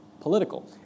political